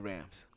Rams